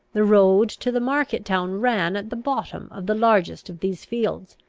the road to the market-town ran at the bottom of the largest of these fields,